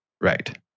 Right